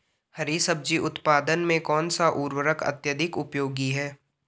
हरी सब्जी उत्पादन में कौन सा उर्वरक अत्यधिक उपयोगी है?